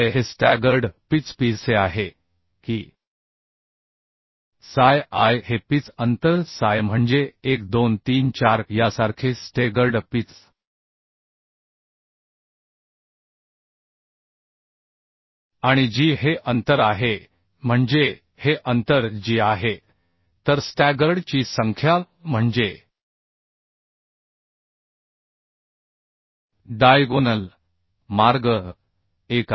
हे staggered pitch Pअसे आहे की si हे पिच अंतर Psii म्हणजे 1 2 3 4 यासारखे स्टेगर्ड पिच आणि g हे अंतर आहे म्हणजे हे अंतर g आहे तर स्टॅगर्ड ची संख्या म्हणजे डायगोनल मार्ग 1 आहे